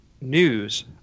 news